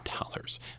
dollars